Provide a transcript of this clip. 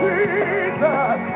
Jesus